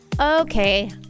Okay